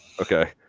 Okay